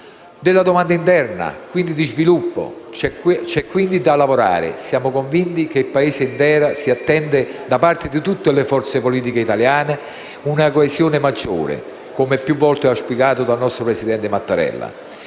della domanda interna e quindi di sviluppo. C'è, pertanto, di che lavorare. Siamo convinti che il Paese intero si attenda da parte di tutte le forze politiche italiane una coesione maggiore, come più volte auspicato dal nostro presidente Mattarella.